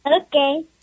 Okay